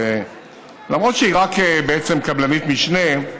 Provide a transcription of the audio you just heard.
ולמרות שהיא רק בעצם קבלנית משנה,